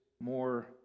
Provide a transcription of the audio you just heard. more